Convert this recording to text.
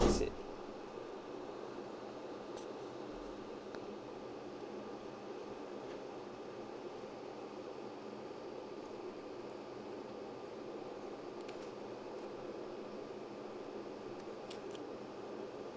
fix it